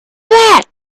that